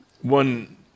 One